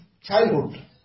childhood